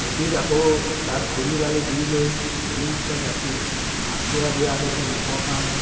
ভেটিত আকৌ তাত ধূলি বালি দি লৈ ধুনিয়াকৈ ৰাখি আঁঠুৱা দিয়া হৈছে মহৰ কাৰণে